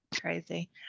crazy